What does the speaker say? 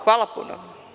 Hvala puno.